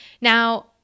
Now